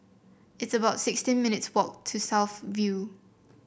it's about sixteen minutes' walk to South View